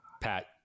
Pat